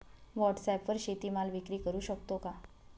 व्हॉटसॲपवर शेती माल विक्री करु शकतो का?